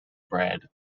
bread